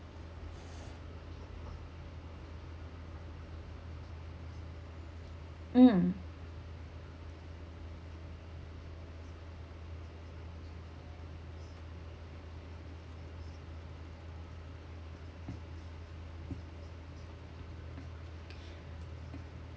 um